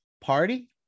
party